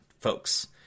folks